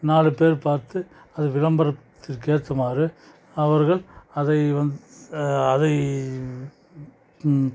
நாலு பேர் பார்த்து அது விளம்பரத்திற்கு ஏற்றமாறு அவர்கள் அதை அதை